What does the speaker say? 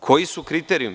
Koji su kriterijumi?